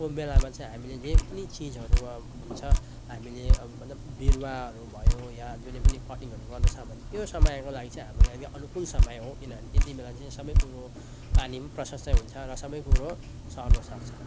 को बेलामा चाहिँ हामीले जे पनि चिजहरू हुन्छ हामीले मतलब बिरुवाहरू भयो या जुनै पनि कटिङहरू गर्नु छ भने त्यो समयको लागि चाहिँ हाम्रो लागि अनुकूल समय हो किनभने त्यति बेला चाहिँ सबै कुरो पानी पनि प्रसस्तै हुन्छ र सबै कुरो सर्नसक्छ